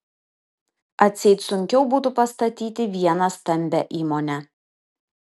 atseit sunkiau būtų pastatyti vieną stambią įmonę